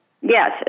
Yes